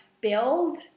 build